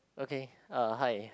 okay uh hi